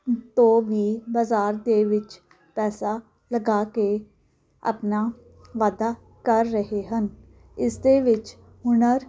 ਤੋਂ ਵੀ ਬਾਜ਼ਾਰ ਦੇ ਵਿੱਚ ਪੈਸਾ ਲਗਾ ਕੇ ਆਪਣਾ ਵਾਧਾ ਕਰ ਰਹੇ ਹਨ ਇਸ ਦੇ ਵਿੱਚ ਹੁਨਰ